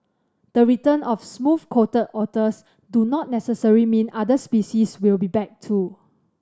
the return of smooth coated otters do not necessary mean other species will be back too